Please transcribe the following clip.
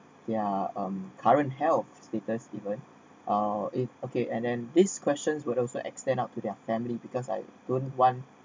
yeah um current health status even or if okay and and these questions were also extend out to their family because I don't want